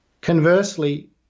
Conversely